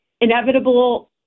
inevitable